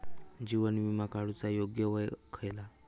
जीवन विमा काडूचा योग्य वय खयला?